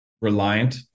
reliant